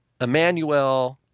Emmanuel